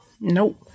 nope